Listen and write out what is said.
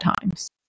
times